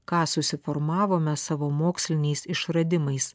ką susiformavome savo moksliniais išradimais